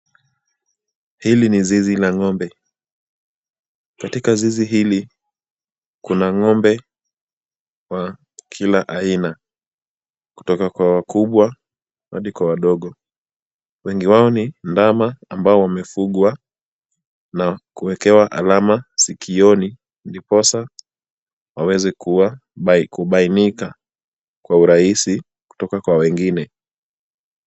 Hili ni zizi la ng'ombe. Katika zizi hili kuna ng'ombe wa kila aina kutoka kwa wakubwa hadi kwa wadogo. Wengi wao ni ndama ambao wamefugwa na kuwekewa alama sikioni ndiposa waweze kubainika kwa urahisi kutoka kwa wengine.